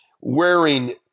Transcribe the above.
wearing